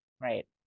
Right